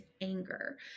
anger